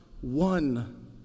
one